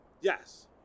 Yes